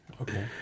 Okay